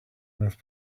have